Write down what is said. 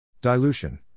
Dilution